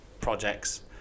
projects